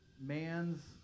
man's